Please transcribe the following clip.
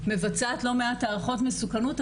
מבצעת לא מעט הערכות מסוכנות,